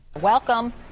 Welcome